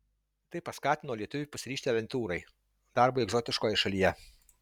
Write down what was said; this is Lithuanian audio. tai paskatino lietuvį pasiryžti avantiūrai darbui egzotiškoje šalyje